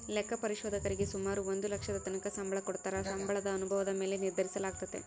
ಲೆಕ್ಕ ಪರಿಶೋಧಕರೀಗೆ ಸುಮಾರು ಒಂದು ಲಕ್ಷದತಕನ ಸಂಬಳ ಕೊಡತ್ತಾರ, ಸಂಬಳ ಅನುಭವುದ ಮ್ಯಾಲೆ ನಿರ್ಧರಿಸಲಾಗ್ತತೆ